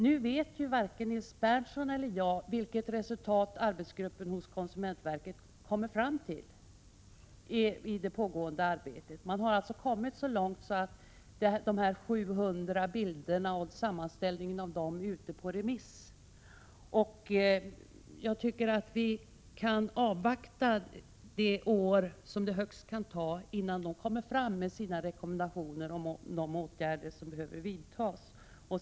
Nu vet varken Nils Berndtson eller jag vilket resultat arbetsgruppen hos konsumentverket kommer fram till i det pågående arbetet. Man har kommit så långt att sammanställningen av de 700 bilderna nu är ute på remiss. Jag tycker att vi kan avvakta det år som det högst kan ta innan arbetsgruppen kommer med sina rekommendationer och förslag till åtgärder som behöver vidtas.